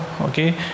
okay